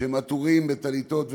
כשהם עטורים בטליתות ותפילין,